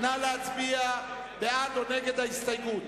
נא להצביע בעד או נגד ההסתייגות.